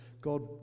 God